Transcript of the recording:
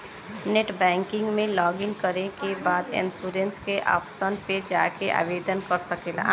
net banking में login करे के बाद इन्शुरन्स के ऑप्शन पे जाके आवेदन कर सकला